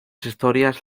historias